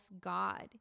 God